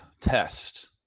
test